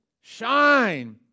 shine